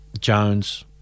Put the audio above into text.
Jones